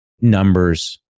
numbers